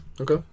Okay